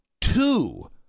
two